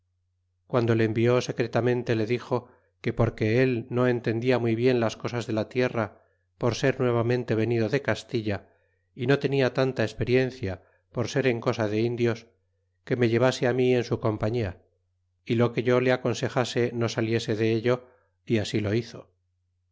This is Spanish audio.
guando le envió secretamente le dixo que porque él no entendia muy bien las cosas de la tierra por ser nuevamente venido de castilla y no tenia tanta experiencia por ser en cosa de indios que me llevase ami en su compela y lo que yo le aconsejase no saliese de ello y asi lo hizo